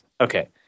Okay